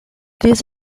this